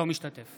אינו משתתף